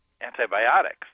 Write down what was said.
antibiotics